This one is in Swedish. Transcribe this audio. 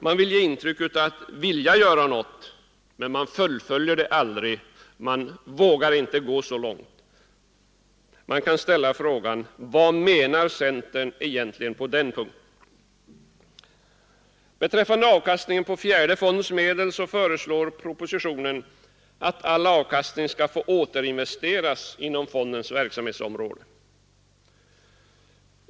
Man vill ge intrycket av att vilja något, men man fullföljer det aldrig. Man vågar inte gå så långt. Man kan ställa frågan: Vad menar centern egentligen på den punkten? Beträffande avkastningen på den fjärde fondens medel föreslår propositionen att all avkastning skall få återinvesteras inom fondens verksamhetsområde.